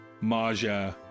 Maja